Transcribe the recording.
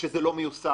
שזה לא מיושם,